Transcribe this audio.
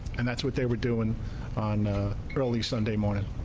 and that's what they were doing on early sunday morning.